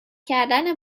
کردن